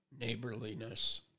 neighborliness